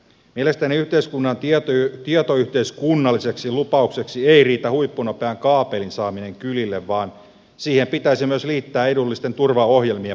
mielestäni yhteiskunnan tietoyhteiskunnalliseksi lupaukseksi ei riitä huippunopean kaapelin saaminen kylille vaan siihen pitäisi myös liittää edullisten turvaohjelmien paketointi